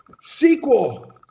Sequel